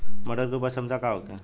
मटर के उपज क्षमता का होखे?